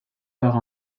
par